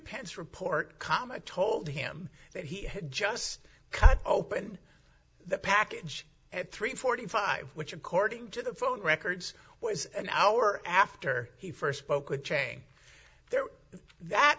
pants report comma told him that he had just cut open the package at three forty five which according to the phone records was an hour after he first spoke with chang there that